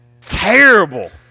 terrible